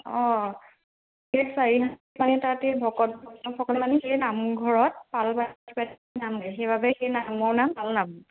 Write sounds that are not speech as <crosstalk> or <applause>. অঁ এ চাৰি মানে তাত এই ভকতসকলে মানে সেই নামঘৰত পালে <unintelligible> সেইবাবে সেই নামৰ নাম পাল নাম